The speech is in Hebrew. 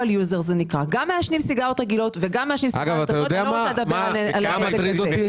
גם מעשנים סיגריות רגילות וגם מעשנים סיגריות אלקטרוניות.